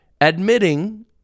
admitting